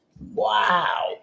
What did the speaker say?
Wow